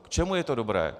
K čemu je to dobré?